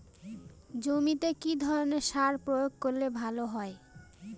জমিতে কি ধরনের সার প্রয়োগ করলে ভালো হয়?